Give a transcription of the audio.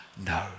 no